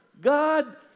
God